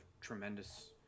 tremendous